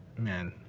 man,